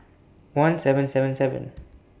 one seven seven seven